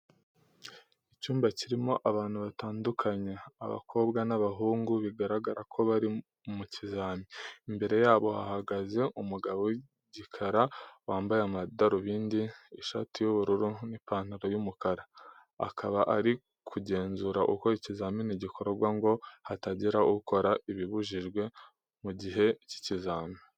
Icyumba kirimo abantu batandukanye, abakobwa n'abahungu bigaragara ko bari mu kizami. Imbere yabo hahagaze umugabo w'igikara wambaye amadarubindi, ishati y'ubururu n'ipantaro y'umukara. Akaba ari kugenzura uko ikizami gikorwa ngo hatagira ukora ibibujijwe mu gihe cy'ibizami.